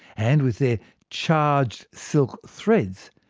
and with their charged silk threads,